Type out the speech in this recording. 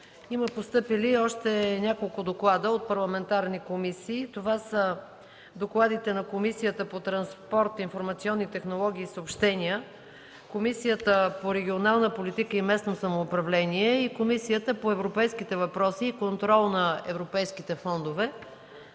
Има постъпили още няколко доклада от парламентарни комисии. Това са докладите на: Комисията по транспорт, информационни технологии и съобщения, Комисията по регионална политика и местно самоуправление и Комисията по европейските въпроси и контрол на европейските фондове.